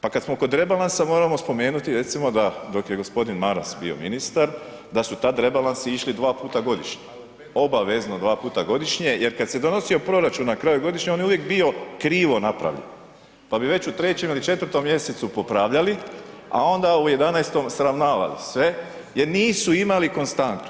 Pa kad smo kod rebalansa moramo spomenuti recimo da dok je gospodin Maras bio ministar da su tad rebalansi išli dva puta godišnje, obavezno dva puta godišnje jer kad se donosio proračun na kraju godine on je uvijek bio krivo napravljen pa bi već u 3 ili 4 mjesecu popravljali, a onda u 11 sravnavali sve jer nisu imali konstantu.